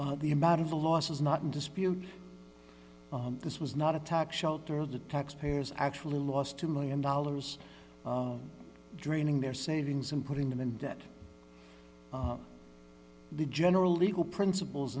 taxpayer the amount of the loss is not in dispute this was not a tax shelter the taxpayers actually lost two million dollars draining their savings and putting them in debt the general legal principles